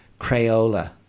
Crayola